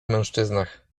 mężczyznach